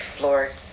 Lord